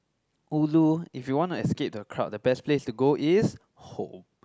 although if you want to escape the crowd the best place to go is home